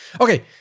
okay